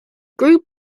group